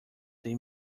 they